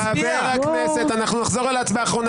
חברי הכנסת, אנחנו נחזור על ההצבעה האחרונה.